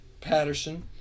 Patterson